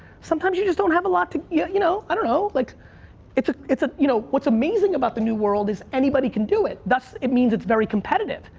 sometimes you just don't have a lot to, you you know, i don't know. like it's a, it's a, you know what's amazing about the new world is anybody can do it. it means it's very competitive.